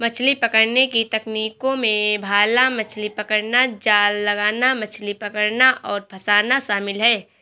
मछली पकड़ने की तकनीकों में भाला मछली पकड़ना, जाल लगाना, मछली पकड़ना और फँसाना शामिल है